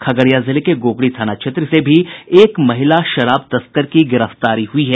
खगड़िया जिले के गोगरी थाना क्षेत्र से भी एक महिला शराब तस्कर की गिरफ्तारी हुई है